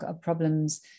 problems